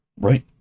Right